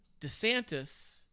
DeSantis